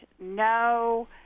no